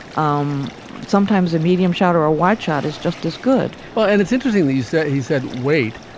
um sometimes a medium shot or a wide shot is just as good well, and it's interesting that you said he said, wait,